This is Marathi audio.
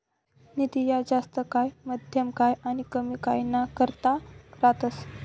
निधी ह्या जास्त काय, मध्यम काय आनी कमी काय ना करता रातस